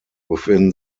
within